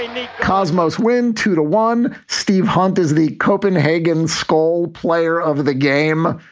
and the cosmos, when two to one. steve hunt is the copenhagen school player of the game.